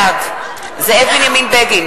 בעד זאב בנימין בגין,